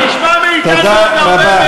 הם שונאים את, הציבור הזה.